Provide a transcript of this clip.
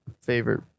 favorite